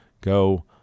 go